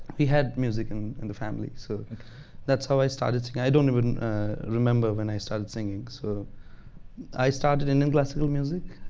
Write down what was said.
we had music and in the family. so that's how i started. i don't even remember when i started singing. so i started in in classical music.